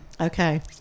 Okay